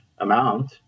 amount